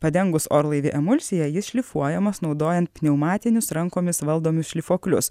padengus orlaivį emulsija jis šlifuojamas naudojant pneumatinius rankomis valdomus šlifuoklius